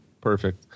Perfect